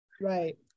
Right